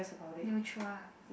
neutral